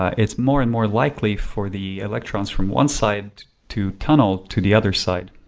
it's more and more likely for the electrons from one side to tunnel to the other side.